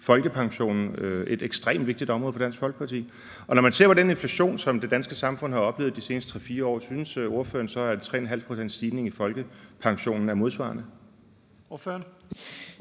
folkepensionen et ekstremt vigtigt område for Dansk Folkeparti. Når man ser på den inflation, som det danske samfund har oplevet de seneste 3-4 år, synes ordføreren så, at 3½ pct. stigning i folkepensionen er modsvarende?